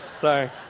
sorry